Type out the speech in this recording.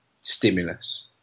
stimulus